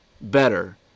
better